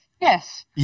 Yes